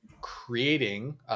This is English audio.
creating